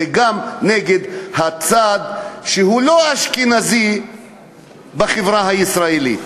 זה גם נגד הצד שהוא לא אשכנזי בחברה הישראלית,